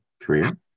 career